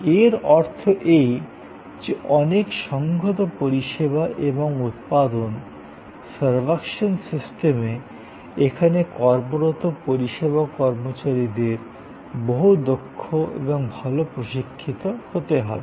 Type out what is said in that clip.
এর অর্থ এই যে অনেক সংহত পরিষেবা এবং উৎপাদন সার্ভাকশন সিস্টেমে এখানে কর্মরত পরিষেবা কর্মচারীদের বহু দক্ষ এবং ভাল প্রশিক্ষিত হতে হবে